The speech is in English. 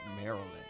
Maryland